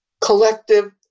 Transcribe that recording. collective